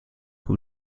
who